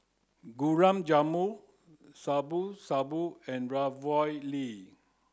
Gulab Jamun Shabu Shabu and Ravioli